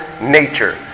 nature